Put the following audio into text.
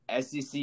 SEC